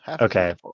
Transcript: Okay